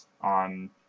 on